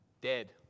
dead